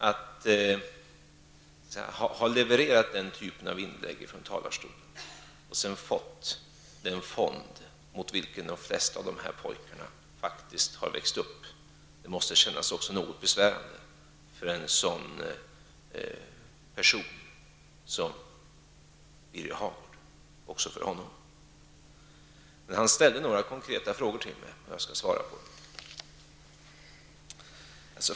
Att ha levererat den typen av inlägg från talarstolen och sedan fått den fond mot vilken de flesta av de här pojkarna faktiskt har växt upp måste kännas något besvärande även för en sådan person som Han ställde några konkreta frågor till mig, och jag skall svara på dem.